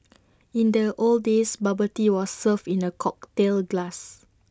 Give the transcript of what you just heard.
in the old days bubble tea was served in A cocktail glass